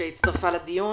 שהצטרפה לדיון,